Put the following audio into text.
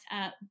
up